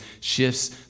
shifts